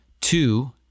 Two